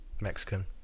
Mexican